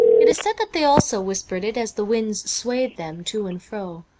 it is said that they also whispered it as the winds swayed them to and fro.